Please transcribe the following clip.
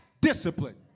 discipline